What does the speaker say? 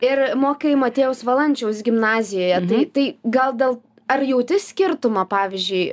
ir mokai motiejaus valančiaus gimnazijoje tai tai gal dėl ar jauti skirtumą pavyzdžiui